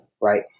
right